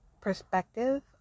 perspective